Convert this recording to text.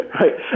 right